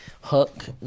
hook